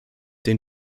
den